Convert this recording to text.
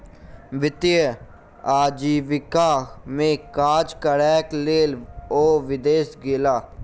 वित्तीय आजीविका में काज करैक लेल ओ विदेश गेला